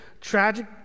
tragic